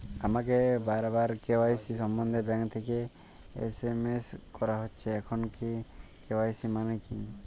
আমাকে বারবার কে.ওয়াই.সি সম্বন্ধে ব্যাংক থেকে এস.এম.এস করা হচ্ছে এই কে.ওয়াই.সি মানে কী?